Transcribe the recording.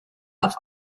auf